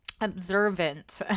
observant